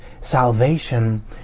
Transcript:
salvation